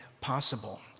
possible